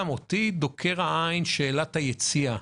אותי דוקרת בעין שאלת היציאה.